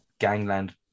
Gangland